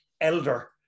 elder